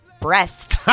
Breast